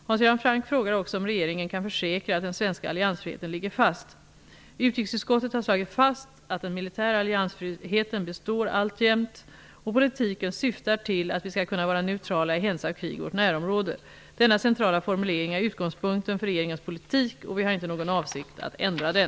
Hans Göran Franck frågar också om regeringen kan försäkra att den svenska alliansfriheten ligger fast. Utrikesutskottet har slagit fast: ''Den militära alliansfriheten består alltjämt'' . Politiken ''syftar till att vi skall kunna vara neutrala i händelse av krig i vårt närområde''. Denna centrala formulering är utgångspunkten för regeringens politik och vi har inte någon avsikt att ändra den.